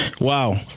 Wow